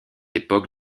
époque